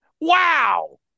Wow